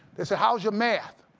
they said, how is your math?